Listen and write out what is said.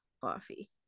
coffee